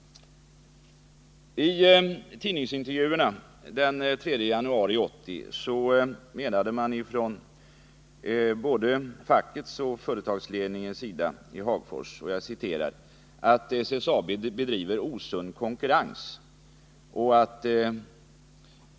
I tidningsintervjuer den 3 januari ansåg man från både fackets och företagsledningens sida att SSAB bedriver osund konkurrens.